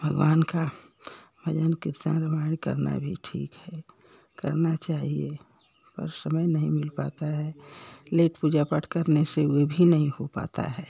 भगवान का भजन कीर्तन रामायण करना भी ठीक है करना चाहिए पर समय नहीं मिल पाता है लेट पूजा पाठ करने से वे भी नहीं हो पाता है